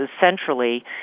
centrally